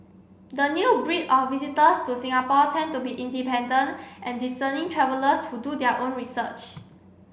the new breed of visitors to Singapore tend to be independent and discerning travellers who do their own research